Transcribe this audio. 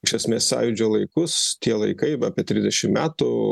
iš esmės sąjūdžio laikus tie laikai apie trisdešim metų